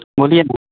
बोलिए ना